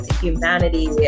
humanity